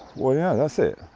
well yeah, that's it,